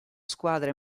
squadre